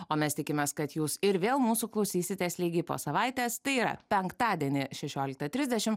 o mes tikimės kad jūs ir vėl mūsų klausysitės lygiai po savaitės tai yra penktadienį šešioliktą trisdešim